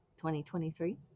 2023